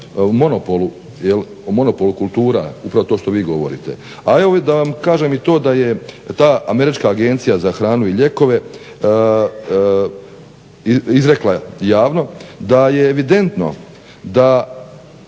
monopolu kultura upravo to što vi govorite. A evo da vam kažem i to da je ta Američka agencija za hranu i lijekove izrekla javno da je evidentno da